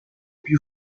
più